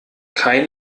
kein